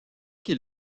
qu’il